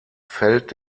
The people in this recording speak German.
feld